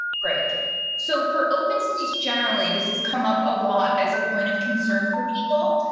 great so, for open speech, generally, this has come up a lot as a point of concern for people.